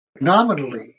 nominally